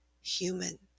human